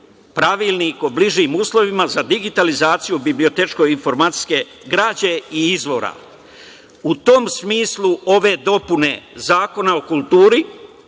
Pravilnik o bližim uslovima za digitalizaciju o bibliotečko-informacijske građe i izvora.U tom smislu ove dopune Zakona o kulturi